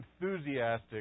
enthusiastic